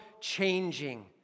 changing